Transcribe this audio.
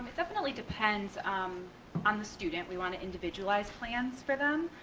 definitely depends um on the student we want to individualize plans for them.